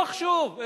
לא חשוב,